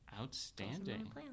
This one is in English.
Outstanding